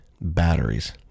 Batteries